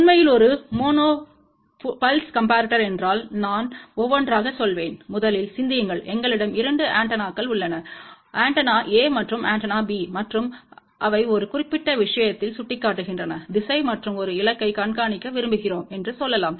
உண்மையில் ஒரு monopulse comparator என்றால் நான் ஒவ்வொன்றாகச் செல்வேன் முதலில் சிந்தியுங்கள் எங்களிடம் இரண்டு ஆண்டெனாக்கள் உள்ளனஆண்டெனா A மற்றும் ஆண்டெனா B மற்றும் அவை ஒரு குறிப்பிட்ட விஷயத்தில் சுட்டிக்காட்டுகின்றன திசை மற்றும் ஒரு இலக்கைக் கண்காணிக்க விரும்புகிறோம் என்று சொல்லலாம்